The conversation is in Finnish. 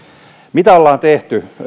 mitä ollaan tehty